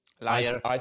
Liar